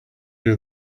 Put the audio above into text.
you